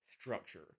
structure